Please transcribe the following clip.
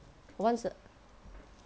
once a